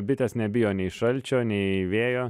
bitės nebijo nei šalčio nei vėjo